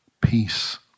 peace